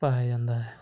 ਪਾਇਆ ਜਾਂਦਾ ਹੈ